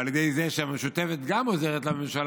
על ידי זה שהמשותפת גם עוזרת לממשלה,